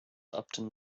upton